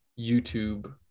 YouTube